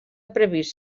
previst